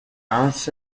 hans